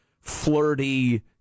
flirty